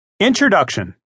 Introduction